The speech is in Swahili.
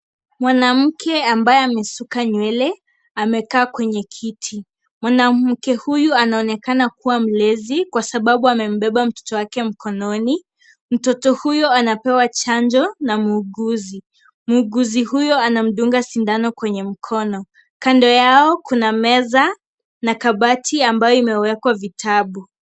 Mwanamke ambaye amesuka nywele amekaa kwenye kiti. Mwanamke huyu anaonekana kuwa mlezi kwa sababu amembeba mtoto wake mkononi. Mtoto huyu anapewa chanjo na muuguzi. Muuguzi huyo anamdunga sindano kwenye mkono. Kando yao kuna meza na kabati ambayo imewekwa vitabu.